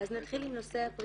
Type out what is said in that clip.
אז נתחיל עם נושא הפריסה.